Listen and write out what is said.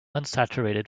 unsaturated